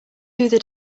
through